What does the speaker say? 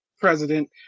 president